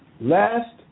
last